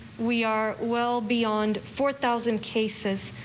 we are well beyond four thousand cases.